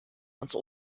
ans